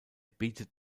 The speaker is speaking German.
bietet